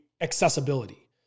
accessibility